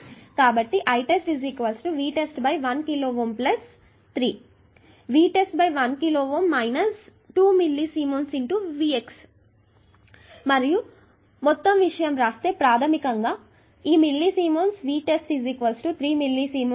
1 కిలోΩ 3 Vtest 1 కిలోΩ 2 milli siemens Vx మరియు మొత్తం విషయం రాస్తే మీరు ప్రాధమికంగా ఈ milli siemens Vtest 3 milli siemens